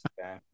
Okay